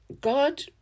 God